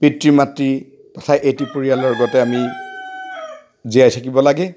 পিতৃ মাতৃ তথা এটি পৰিয়ালৰ লগতে আমি জীয়াই থাকিব লাগে